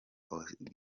augustin